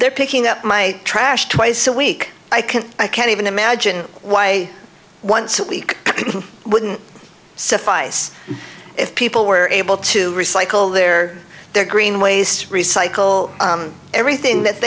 they're picking up my trash twice a week i can i can't even imagine why once a week wouldn't suffice if people were able to recycle their their green waste recycle everything that